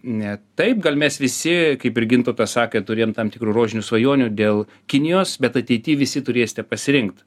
ne taip gal mes visi kaip ir gintautas sakė turėjom tam tikrų rožinių svajonių dėl kinijos bet ateity visi turėsite pasirinkt